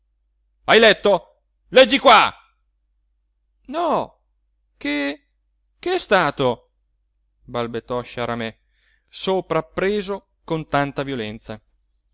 hai letto leggi qua no che che è stato balbettò sciaramè soprappreso con tanta violenza